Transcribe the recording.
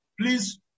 please